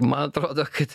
man atrodo kad